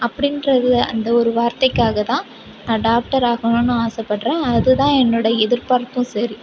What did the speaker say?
அப்படின்றது அந்த ஒரு வார்த்தைக்காக தான் நான் டாக்டர் ஆகணுன்னு ஆசை படுறேன் அது தான் என்னுடைய எதிர்பார்ப்பும் சரி